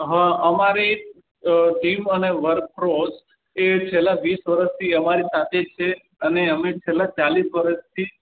હા અમારી ટીમ અને વર્ક ફ્રોસ એ છેલ્લા વીસ વર્ષથી અમારી સાથે જ છે અને અમે છેલ્લા ચાલીસ વરસથી